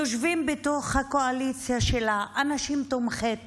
יושבים בקואליציה שלה אנשים תומכי טרור,